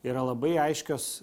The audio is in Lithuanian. yra labai aiškios